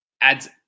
adds